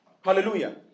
Hallelujah